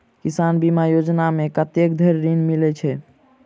किसान बीमा योजना मे कत्ते धरि ऋण मिलय छै?